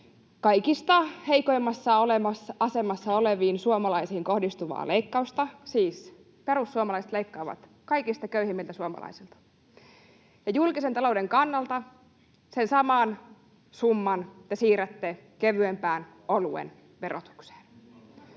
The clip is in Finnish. kaikista heikoimmassa asemassa oleviin suomalaisiin kohdistuvaa leikkausta — siis perussuomalaiset leikkaavat kaikista köyhimmiltä suomalaisilta, ja julkisen talouden kannalta sen saman summan te siirrätte kevyempään oluen verotukseen.